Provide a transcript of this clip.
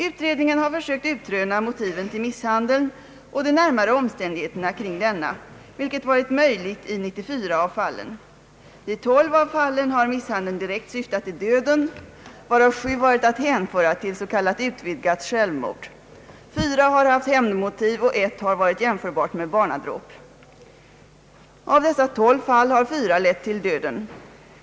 Utredningen har försökt utröna motiven till misshandeln och de närmare omstärdigheterna kring denna, vilket varit möjligt i 94 av fallen. I 12 av fallen har misshandeln direkt syftat till döden, varav 7 varit att hänföra till s, k. utvidgat självmord; 4 har haft hämndmotiv och 1 har varit jämförbart med barnadråp. Av dessa 12 fall har 4 lett till döden.